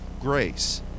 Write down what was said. grace